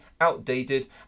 outdated